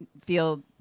feel